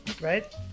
right